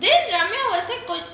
then ramir was like